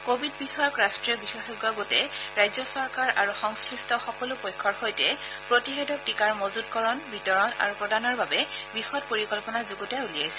Covid বিষয়ক ৰাষ্ট্ৰীয় বিশেষজ্ঞ গোটে ৰাজ্য চৰকাৰ আৰু সংশ্লিষ্ট সকলো পক্ষৰ সৈতে প্ৰতিষেধক টীকাৰ মজূতকৰণ বিতৰণ আৰু প্ৰদানৰ বাবে বিশদ পৰিকল্পনা যুগুতাই উলিয়াইছে